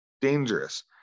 Dangerous